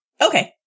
Okay